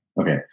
Okay